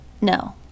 No